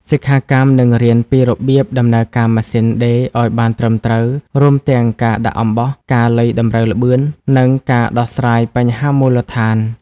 សិក្ខាកាមនឹងរៀនពីរបៀបដំណើរការម៉ាស៊ីនដេរឱ្យបានត្រឹមត្រូវ រួមទាំងការដាក់អំបោះ ការលៃតម្រូវល្បឿន និងការដោះស្រាយបញ្ហាមូលដ្ឋាន។